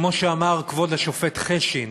כמו שאמר כבוד השופט חשין,